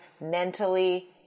mentally